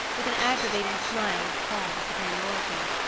with an aggravating smile of calm superiority.